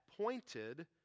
pointed